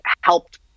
helped